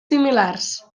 similars